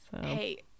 hey